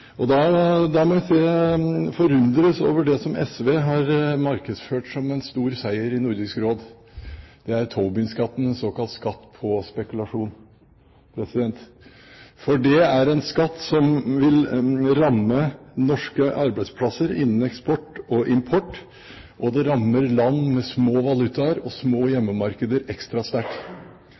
Da må jeg si jeg forundres over det som SV har markedsført som en stor seier i Nordisk Råd. Det er Tobin-skatten, en såkalt skatt på spekulasjon. For det er en skatt som vil ramme norske arbeidsplasser innen eksport og import, og det rammer land med små valutaer og små hjemmemarkeder ekstra sterkt.